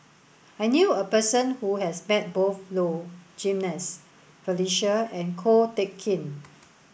I knew a person who has met both Low Jimenez Felicia and Ko Teck Kin